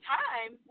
time